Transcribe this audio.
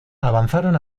avanzaron